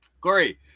Corey